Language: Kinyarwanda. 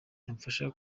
yamfasha